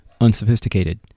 unsophisticated